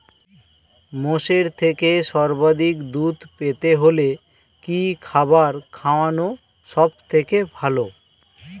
মোষের থেকে সর্বাধিক দুধ পেতে হলে কি খাবার খাওয়ানো সবথেকে ভালো?